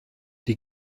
die